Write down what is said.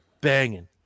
banging